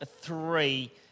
three